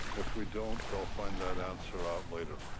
if we don't, i'll find that answer out later.